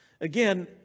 Again